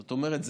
זאת אומרת,